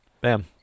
bam